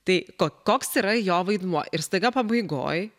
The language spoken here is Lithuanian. tai koks yra jo vaidmuo ir staiga pabaigoj